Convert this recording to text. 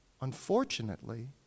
unfortunately